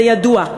זה ידוע.